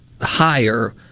higher